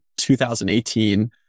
2018